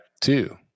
two